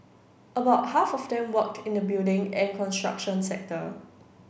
about half of them worked in the building and construction sector